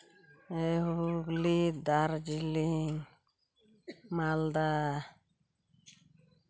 Hooghly Darjeeling Malda